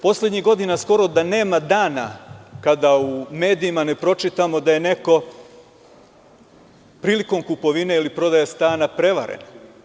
Poslednjih godina skoro da nemam dana kada u medijima ne pročitamo da je neko prilikom kupovine ili prodaje stana prevaren.